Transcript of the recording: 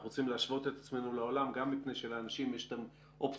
אנחנו צריכים להשוות את עצמנו לעולם גם מפני שלאנשים יש את האופציה